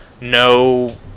no